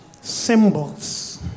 symbols